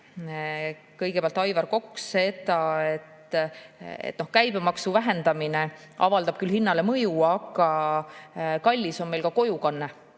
Kõigepealt Aivar Kokk märkis, et käibemaksu vähendamine avaldab küll hinnale mõju, aga kallis on meil ka kojukanne.